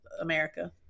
America